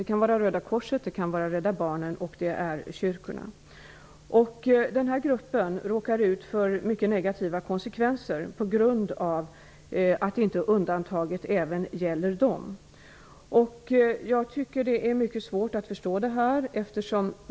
Det gäller bl.a. Röda korset, Rädda barnen och kyrkorna. Den här gruppen råkar ut för mycket negativa konsekvenser på grund av att undantaget inte gäller även dem. Jag tycker det är mycket svårt att förstå det här.